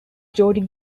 jody